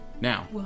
Now